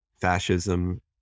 fascism